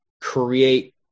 create